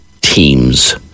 teams